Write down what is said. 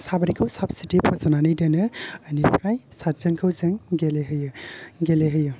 साब्रैखौ साबसिटिउद फज'नानै दोनो इनिफ्राय सादजनखौ जों गेले होयो गेले होयो